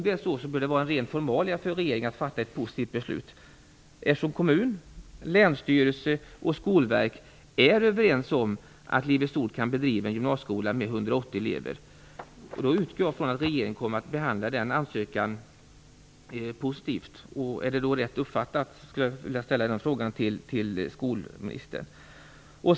I så fall bör det vara ren formalia för regeringen att fatta ett positivt beslut, eftersom kommunen, länsstyrelsen och Skolverket är överens om att Livets Ord kan bedriva gymnasieskola med 180 elever. Kan jag då utgå från att regeringen kommer att behandla den ansökan positivt? Om det hela är rätt uppfattat skulle jag vilja ställa den frågan till skolministern.